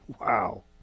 Wow